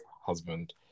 Husband